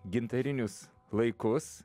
gintarinius laikus